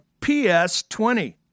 PS20